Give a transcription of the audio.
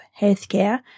healthcare